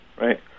right